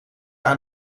aan